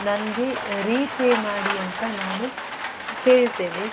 ನನಗೆ ರೀಪೇ ಮಾಡಿ ಅಂತ ನಾನು ಕೇಳ್ತೇನೆ